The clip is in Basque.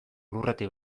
lurretik